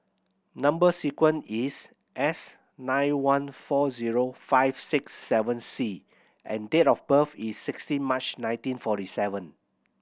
number sequence is S nine one four zero five six seven C and date of birth is sixteen March nineteen forty seven